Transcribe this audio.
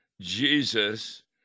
Jesus